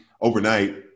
overnight